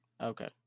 okay